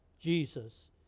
Jesus